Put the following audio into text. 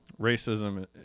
racism